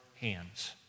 hands